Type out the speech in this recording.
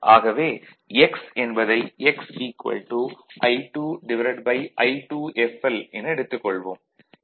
ஆகவே x என்பதை x I2I2fl என எடுத்துக் கொள்வோம்